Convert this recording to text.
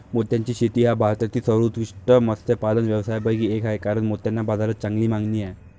मोत्याची शेती हा भारतातील सर्वोत्कृष्ट मत्स्यपालन व्यवसायांपैकी एक आहे कारण मोत्यांना बाजारात चांगली मागणी आहे